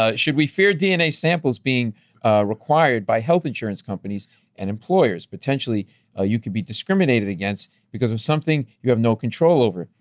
ah should we fear dna sample's being required by health insurance companies and employers? potentially ah you could be discriminated against because of something you have no control over.